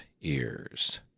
ears